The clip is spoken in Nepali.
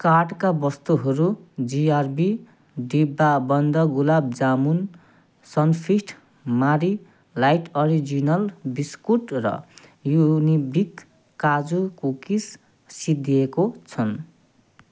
कार्टका वस्तुहरू जिआरबी डिब्बाबन्द gulab jamun Sunfeast Marie light original biscuit र युनिबिक काजु कुकिज सिद्धिएको छन्